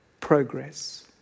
progress